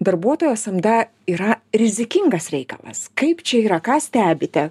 darbuotojo samda yra rizikingas reikalas kaip čia yra ką stebite